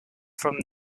from